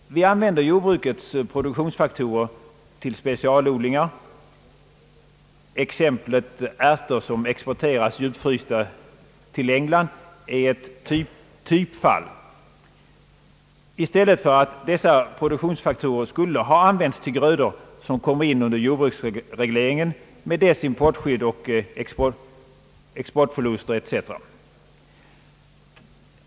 Vi använder jordbrukets produktionsfaktorer till specialodlingar — exemplet ärter som exporteras djupfrysta till England är ett typfall — i stället för att dessa produktionsfaktorer skulle ha använts till grödor som kommer in under jordbruksregleringen med dess importskydd och exportförluster etc.